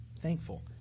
thankful